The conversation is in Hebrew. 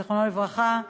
זיכרונו לברכה,